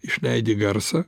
išleidi garsą